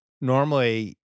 normally